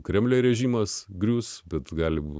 kremliaus režimas grius bet galime